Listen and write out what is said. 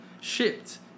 shipped